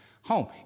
home